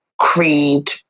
creed